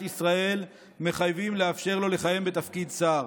ישראל מחייבים לאפשר לו לכהן בתפקיד שר.